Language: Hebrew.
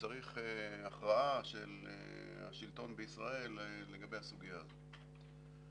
וצריך הכרעה של השלטון בישראל לגבי הסוגיה הזאת.